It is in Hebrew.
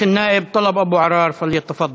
חבר הכנסת טלב אבו עראר, בבקשה.